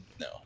No